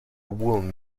woolen